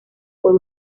por